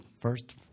first